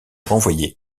renvoyé